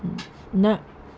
نہ